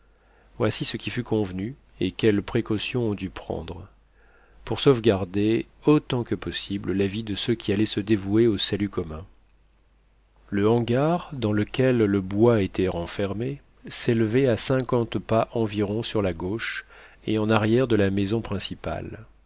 voici ce qui fut convenu et quelles précautions on dut prendre pour sauvegarder autant que possible la vie de ceux qui allaient se dévouer au salut commun le hangar dans lequel le bois était renfermé s'élevait à cinquante pas environ sur la gauche et en arrière de la maison principale